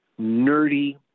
nerdy